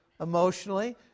emotionally